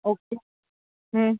okay હમ